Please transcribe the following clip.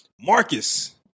Marcus